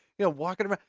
you know, walking around.